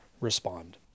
respond